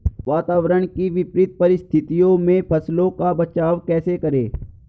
वातावरण की विपरीत परिस्थितियों में फसलों का बचाव कैसे करें?